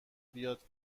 بیاد